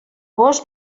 gos